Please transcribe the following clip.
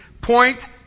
point